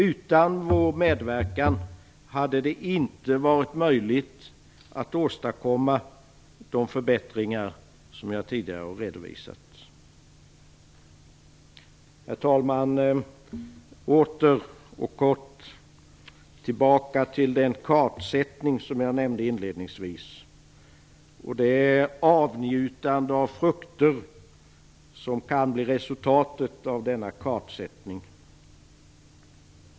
Utan vår medverkan hade det inte varit möjligt att åstadkomma de förbättringar som jag tidigare har redovisat. Herr talman! Åter och kort tillbaka till den kartsättning som jag nämnde inledningsvis. Det är avnjutande av frukter som kan bli resultatet av denna kartsättning.